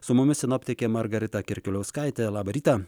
su mumis sinoptikė margarita kirkliauskaitė labą rytą